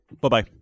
Bye-bye